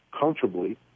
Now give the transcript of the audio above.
comfortably